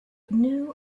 knew